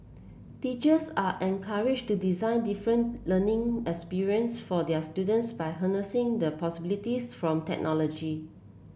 teachers are encouraged to design different learning experience for their students by harnessing the possibilities from technology